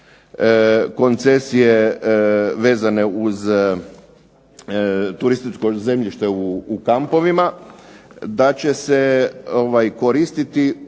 koncesije vezane uz turističko zemljište u kampovima, da će se koristiti